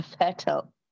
fertile